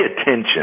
attention